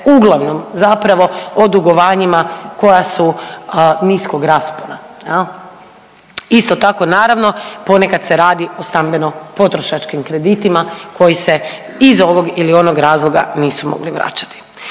uglavnom zapravo o dugovanjima koja su niskog raspona jel. Isto tako naravno ponekad se radi o stambeno-potrošačkim kreditima koji se iz ovog ili onog razloga nisu mogli vraćati.